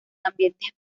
ambientes